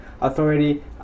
authority